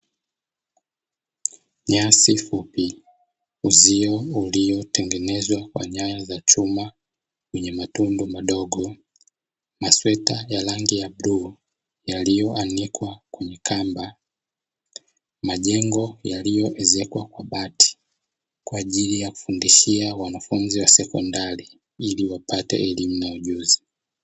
Nyasi fupi, uzio uliotengenezwa kwa nyaya za chuma wenye matundu madogo na sweta ya rangi ya bluu yaliyoanikwa kwenye kamba, majengo yaliyoezekwa kwa bati kwa ajili ya kufundishia wanafunzi wa sekondari ili wapate elimu na ujuzi.